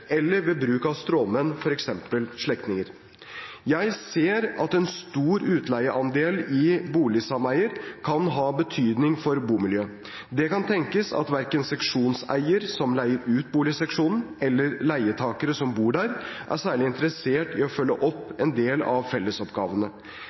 eller ved bruk av stråmenn, f.eks. slektninger. Jeg ser at en stor utleieandel i boligsameier kan ha betydning for bomiljøet. Det kan tenkes at verken seksjonseier som leier ut boligseksjonen, eller leietakere som bor der, er særlig interessert i å følge opp en del av fellesoppgavene.